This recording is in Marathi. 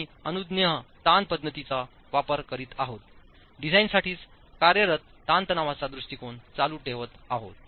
आम्ही अनुज्ञेय ताण पध्दतीचा वापर करीत आहोत डिझाइनसाठीच कार्यरत ताणतणावाचा दृष्टीकोन चालू ठेवत आहोत